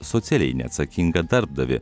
socialiai neatsakingą darbdavį